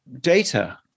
data